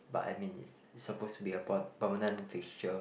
but I mean it's it's supposed to be a per~ permanent fixture